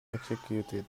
executed